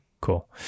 cool